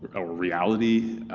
our reality,